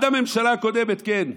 עד הממשלה הקודמת, כן,